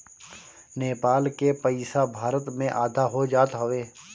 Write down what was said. नेपाल के पईसा भारत में आधा हो जात हवे